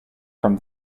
from